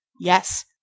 Yes